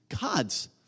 God's